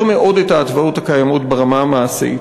מאוד את ההתוויות הקיימות ברמה המעשית,